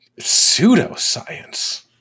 Pseudoscience